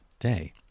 day